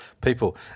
people